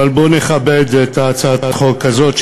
אבל בואו נכבד את הצעת החוק הזאת,